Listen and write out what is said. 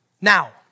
Now